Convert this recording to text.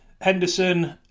Henderson